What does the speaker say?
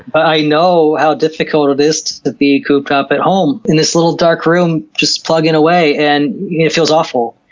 but i know how difficult it is to be cooped up at home in this little dark room, just plugging away, and it feels awful.